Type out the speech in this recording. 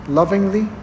lovingly